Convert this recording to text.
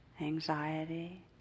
anxiety